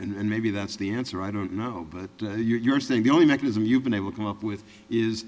and maybe that's the answer i don't know but you're saying the only mechanism you've been able come up with is